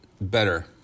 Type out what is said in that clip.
better